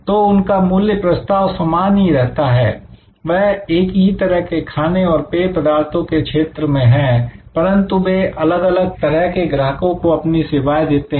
तो उनका मूल्य प्रस्ताव समान ही रहता है वह एक ही तरह के खाने और पेय पदार्थों के क्षेत्र में है परंतु वे अलग अलग तरह के ग्राहकों को अपनी सेवाएं देते हैं